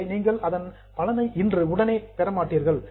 எனவே நீங்கள் அதன் பெனிபிட் பலனை இன்று உடனே பெற மாட்டீர்கள்